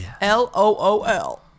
L-O-O-L